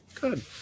Good